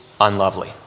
unlovely